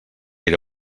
era